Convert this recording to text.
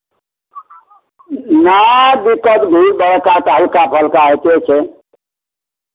नहि दिक्कत भी बड़का तऽ हलका फलका होइते छै